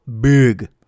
big